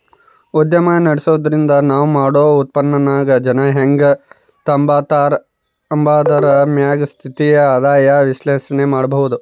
ಉದ್ಯಮ ನಡುಸ್ತಿದ್ರ ನಾವ್ ಮಾಡೋ ಉತ್ಪನ್ನಾನ ಜನ ಹೆಂಗ್ ತಾಂಬತಾರ ಅಂಬಾದರ ಮ್ಯಾಗ ಸ್ಥಿರ ಆದಾಯ ವಿಶ್ಲೇಷಣೆ ಕೊಡ್ಬೋದು